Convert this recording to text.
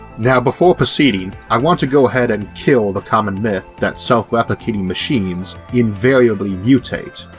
now before proceeding i want to go ahead and kill the common myth that self-replicating machines invariably mutate.